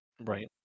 Right